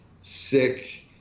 sick